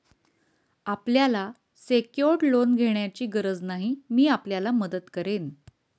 आपल्याला secured loan घेण्याची गरज नाही, मी आपल्याला मदत करेन